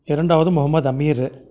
இரண்டாவது முகமத் அமீர்